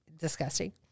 Disgusting